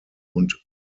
und